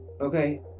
Okay